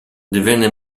divenne